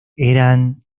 eran